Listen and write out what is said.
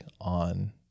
on